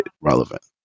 relevant